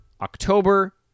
October